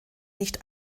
nicht